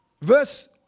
Verse